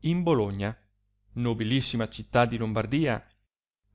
in bologna nobilissima città di lombardia